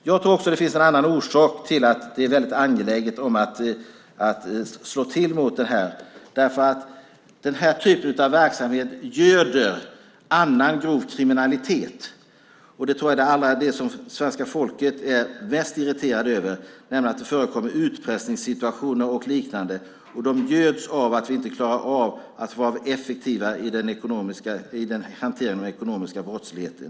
Jag tror också att det finns en annan orsak till att det är angeläget att slå till mot detta. Den här typen av verksamhet göder annan grov kriminalitet. Det som jag tror att svenska folket är mest irriterat över är att det förekommer utpressningssituationer och liknande. Det göds av att vi inte klarar av att vara effektiva i hanteringen av den ekonomiska brottsligheten.